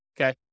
okay